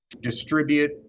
distribute